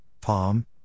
palm